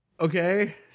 okay